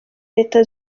leta